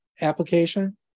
application